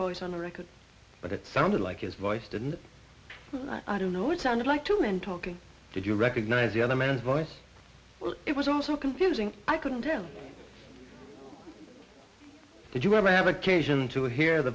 voice on the record but it sounded like his voice didn't i don't know it sounded like two men talking did you recognize the other man's voice well it was also confusing i couldn't tell did you ever have occasion to hear the